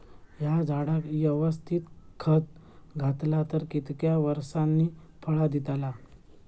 हया झाडाक यवस्तित खत घातला तर कितक्या वरसांनी फळा दीताला?